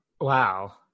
Wow